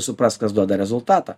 supras kas duoda rezultatą